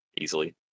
easily